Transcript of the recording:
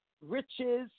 riches